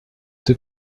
the